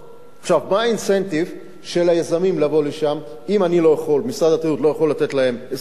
מה האינסנטיב של היזמים לבוא לשם אם משרד התיירות לא יכול לתת להם 20%,